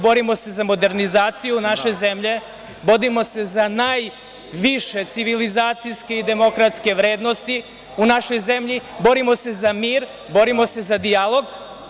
Borimo se za modernizaciju naše zemlje, borimo se za najviše civilizacijske i demokratske vrednosti u našoj zemlji, borimo se za mir, borimo se za dijalog.